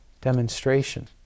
demonstration